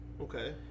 Okay